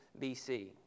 BC